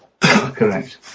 correct